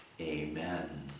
Amen